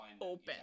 open